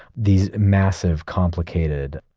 these massive, complicated,